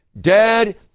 dad